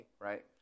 right